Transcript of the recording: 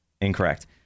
Incorrect